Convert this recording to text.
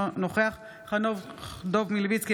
אינו נוכח חנוך דב מלביצקי,